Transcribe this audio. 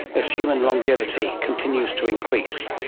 as human longevity continues to increase.